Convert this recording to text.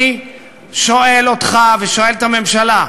אני שואל אותך ושואל את הממשלה: